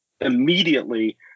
immediately